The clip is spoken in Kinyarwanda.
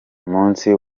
umunsi